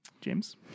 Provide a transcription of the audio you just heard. James